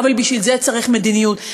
אבל בשביל זה צריך מדיניות.